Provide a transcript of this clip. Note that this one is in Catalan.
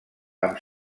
amb